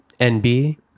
NB